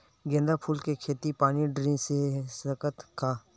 गेंदा फूल के खेती पानी ड्रिप से दे सकथ का?